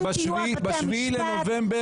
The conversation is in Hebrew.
אתם תהיו בתי המשפט,